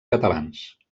catalans